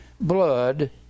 blood